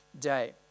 day